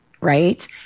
right